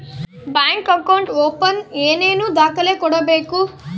Bank account open ಏನೇನು ದಾಖಲೆ ಕೊಡಬೇಕು?